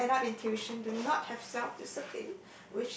who end up in tuition do not have self discipline